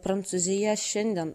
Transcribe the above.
prancūzija šiandien